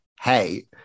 Hey